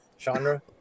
genre